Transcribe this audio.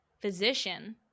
physician